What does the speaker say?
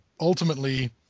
ultimately